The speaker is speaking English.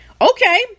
okay